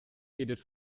edith